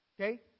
okay